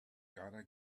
gotta